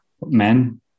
men